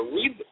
Read